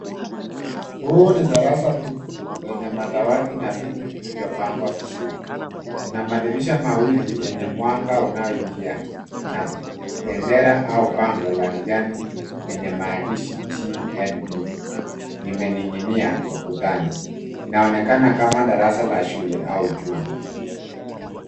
Huu ni darasa tupu lenye madawati na viti vilivyopangwa vizuri. Kuna madirisha mawili enye mwanga unaoingia na bendera au bango la kijani enye maandishi GNB imening'inia ukutani. Inaonekana kama darasa la shule au chuo.